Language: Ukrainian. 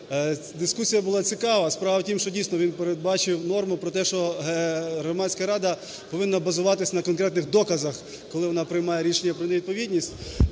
дискусія була цікава. Справа в тім, що дійсно він передбачив норму про те, що Громадська рада повинна базуватись на конкретних доказах, коли вона приймає рішення про невідповідність.